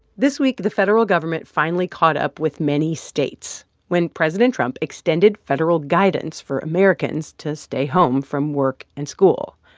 this week, the federal government finally caught up with many states when president trump extended federal guidance for americans to stay home from work and school.